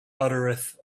uttereth